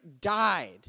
died